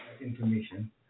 information